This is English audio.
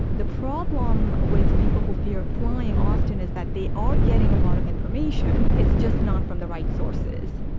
the problem with people who fear flying often is that they are getting a lot of information it's just not from the right sources